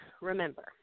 remember